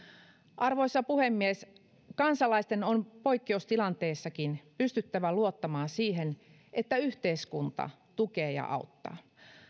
arvoisa puhemies kansalaisten on poikkeustilanteessakin pystyttävä luottamaan siihen että yhteiskunta tukee ja auttaa